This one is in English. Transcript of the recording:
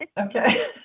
Okay